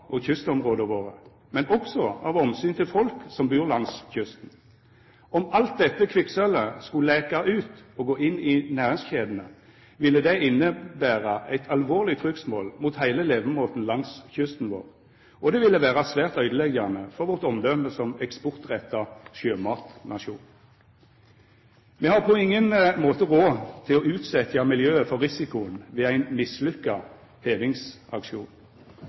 og kystområda våre, men også av omsyn til folk som bur langs kysten. Om alt dette kvikksølvet skulle leka ut og gå inn i næringskjedene, ville det innebera eit alvorleg trugsmål mot heile levemåten langs kysten vår, og det ville vera svært øydeleggjande for vårt omdøme som eksportretta sjømatnasjon. Me har på ingen måte råd til å utsetja miljøet for risikoen ved ein mislukka hevingsaksjon.